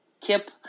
Kip